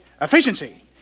Efficiency